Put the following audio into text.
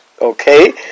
Okay